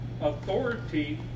authority